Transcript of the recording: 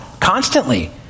constantly